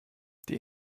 die